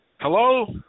Hello